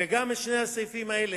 וגם לשני הסעיפים האלה,